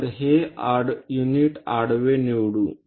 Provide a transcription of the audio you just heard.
तर हे युनिट आडवे निवडू